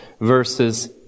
verses